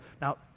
Now